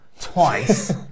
Twice